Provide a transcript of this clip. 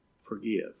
forgive